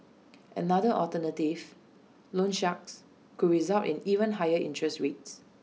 another alternative loan sharks could result in even higher interest rates